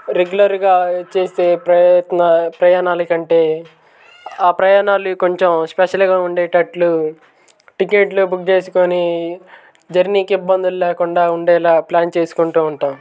రెగ్యులర్గా చేసే ప్రయత్ ప్రయాణాల కంటే ఆ ప్రయాణాలు కొంచం స్పెషల్గా ఉండేటట్లు టిక్కెట్లు బుక్ చేసుకోని జర్నీకి ఇబ్బందులు లేకుండా ఉండేలా ప్లాన్ చేసుకుంటూ ఉంటాం